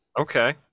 Okay